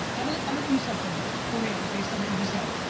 i'm gonna i'm gonna do something, for real, based on what you just said.